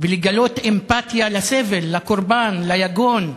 ולגלות אמפתיה לסבל, לקורבן, ליגון,